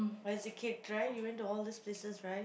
as a kid right you went to all theses places right